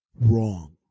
wrong